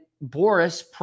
Boris